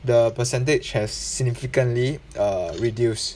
the percentage has significantly err reduced